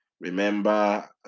remember